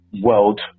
world